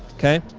ok.